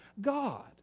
God